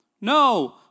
No